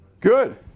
Good